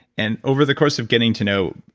and over the course of getting to know